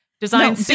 design